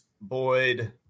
Boyd